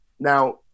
Now